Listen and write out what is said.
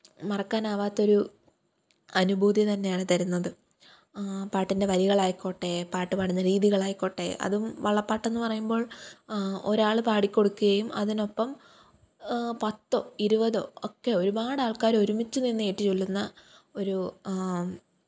മറക്കാനാവാത്തൊരു അനുഭൂതി തന്നെയാണ് തരുന്നത് പാട്ടിന്റെ വരികളായിക്കോട്ടെ പാട്ട് പാടുന്ന രീതികളായിക്കോട്ടെ അതും വള്ളപ്പാട്ടെന്ന് പറയുമ്പോള് ഒരാൾ പാടിക്കൊടുക്കുകയും അതിനൊപ്പം പത്തോ ഇരുപതോ ഒക്കെ ഒരുപാട് ആള്ക്കാർ ഒരുമിച്ച് നിന്ന് ഏറ്റുചൊല്ലുന്ന ഒരു